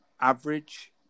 average